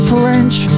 French